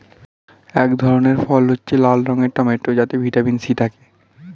এক ধরনের ফল হচ্ছে লাল রঙের টমেটো যাতে ভিটামিন সি থাকে